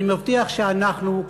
אני מבטיח שאנחנו,